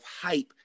hype